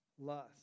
lust